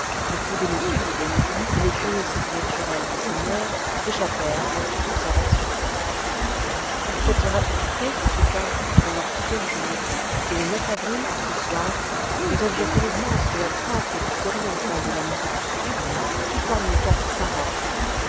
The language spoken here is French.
ne pouvaient nous suivre et les curiosités naturelles de ces mers échappèrent à toute observation cette rapidité se soutint pendant plusieurs jours et le avril au soir nous avions connaissance de la pointe la plus orientale de l'amérique du sud qui forme le cap